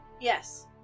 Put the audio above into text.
yes